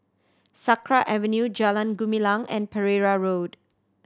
Sakra Avenue Jalan Gumilang and Pereira Road